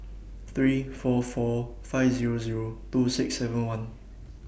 three four four five Zero Zero two six seven one